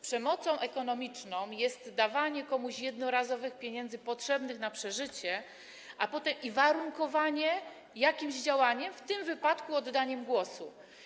Przemocą ekonomiczną jest dawanie komuś jednorazowych pieniędzy potrzebnych na przeżycie i warunkowanie tego jakimś działaniem, w tym wypadku oddaniem głosu.